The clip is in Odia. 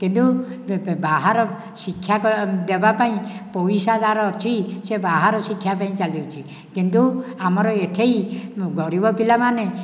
କିନ୍ତୁ ବାହାର ଶିକ୍ଷା ଦେବା ପାଇଁ ପଇସା ଯାହାର ଅଛି ସେ ବାହାର ଶିକ୍ଷା ପାଇଁ ଚାଲୁଛି କିନ୍ତୁ ଆମର ଏଠେଇ ଗରିବ ପିଲା ମାନେ